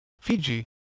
Fiji